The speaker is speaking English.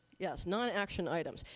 yes, non action items.